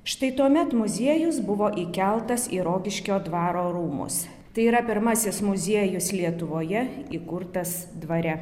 štai tuomet muziejus buvo įkeltas į rokiškio dvaro rūmus tai yra pirmasis muziejus lietuvoje įkurtas dvare